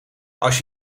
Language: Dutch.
als